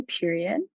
period